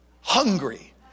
hungry